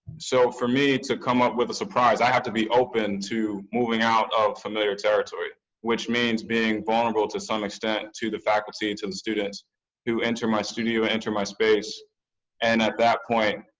so for me to come up with a surprise, i have to be open to moving out of familiar territory which means being vulnerable to some extent to the faculty and to the students who enter my studio and enter my space and at that point,